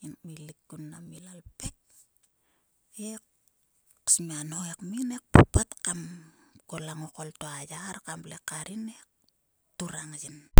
yin kmelik kun mana ila ipek kam nho ekmin kam kol a ngokol to a yar kam vle kar yin he kturang yini